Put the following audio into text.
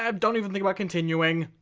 um don't even think about continuing.